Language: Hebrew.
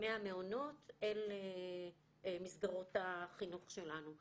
מהמעונות אל מסגרות החינוך שלנו.